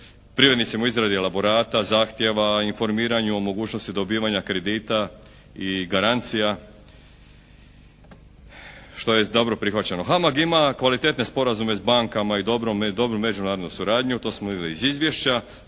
privrednicima u izradi elaborata, zahtjeva, informiranju, o mogućnosti dobivanja kredita i garancija što je dobro prihvaćeno. HAMAG ima kvalitetne sporazume s bankama i dobru međunarodnu suradnju. To smo vidjeli iz izvješća.